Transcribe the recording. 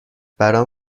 برام